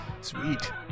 Sweet